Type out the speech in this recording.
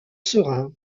serein